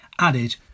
added